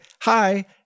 Hi